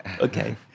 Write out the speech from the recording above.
Okay